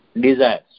desires